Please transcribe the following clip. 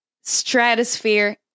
stratosphere